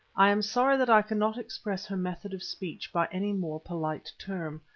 i am sorry that i cannot express her method of speech by any more polite term.